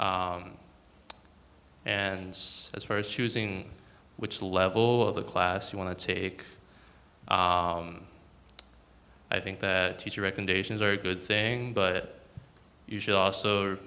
and as far as choosing which level of the class you want to take i think the teacher recommendations are a good thing but you should also